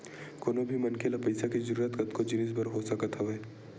कोनो भी मनखे ल पइसा के जरुरत कतको जिनिस बर हो सकत हवय